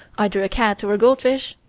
either a cat or a goldfish,